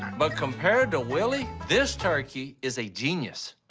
but compared to willie, this turkey is a genius.